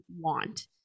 want